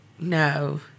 no